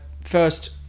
first